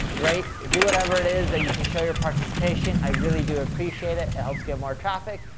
right? do whatever it is that you can show your participation. i really do appreciate it. it helps get more traffic.